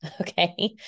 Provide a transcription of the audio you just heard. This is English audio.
Okay